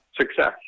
Success